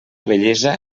vellesa